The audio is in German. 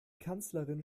kanzlerin